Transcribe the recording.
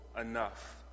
enough